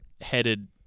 Headed